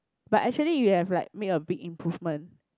but actually you have like make a big improvement